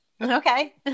okay